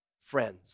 friends